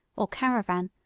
or caravan,